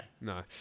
No